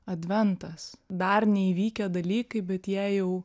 adventas dar neįvykę dalykai bet jie jau